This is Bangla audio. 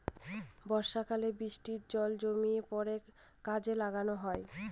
বর্ষাকালে বৃষ্টির জল জমিয়ে পরে কাজে লাগানো হয়